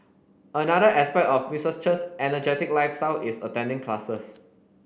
another aspect of Mistress Chen's energetic lifestyle is attending classes